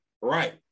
right